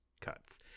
cuts